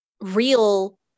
real